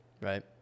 right